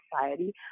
society